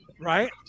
Right